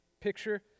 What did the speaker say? picture